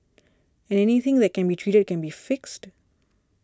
and anything that can be treated can be fixed